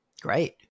great